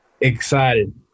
excited